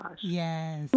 Yes